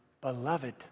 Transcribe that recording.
beloved